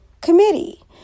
committee